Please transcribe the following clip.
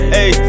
Hey